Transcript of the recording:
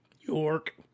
York